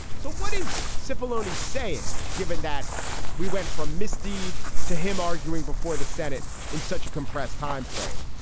so what is scipione saying, given that we went from misdeed to him arguing before the senate in such a compressed timeframe?